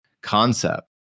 concept